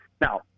Now